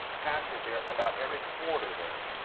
passionate there about every quarter there.